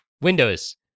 Windows